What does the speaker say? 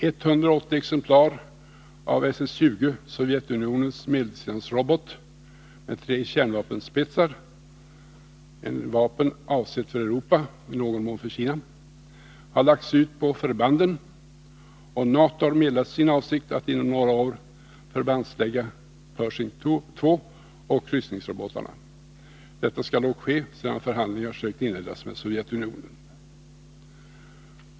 180 exemplar av SS-20, Sovjetunionens medeldistansrobot med tre kärnvapenstridsspetsar, ett vapen avsett för Europa och i någon mån för Kina, har lagts ut på förbanden, och NATO har meddelat sin avsikt att inom några år förbandslägga Pershing 2 och kryssningsrobotar. Dock skall först förhandlingar sökas med Sovjetunionen.